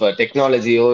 technology